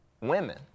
women